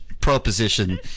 proposition